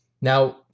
Now